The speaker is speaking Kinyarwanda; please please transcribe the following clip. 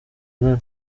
nkana